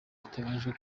iteganyijwe